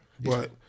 but-